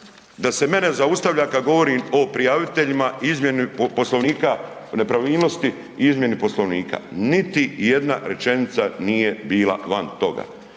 da se mene zaustavlja kad govorim o prijaviteljima i izmjeni Poslovnika o nepravilnosti i izmjeni Poslovnika. Niti jedna rečenica nije bila van toga.